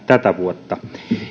tätä vuotta